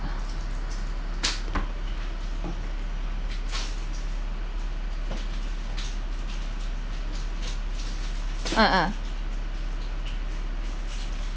ah ah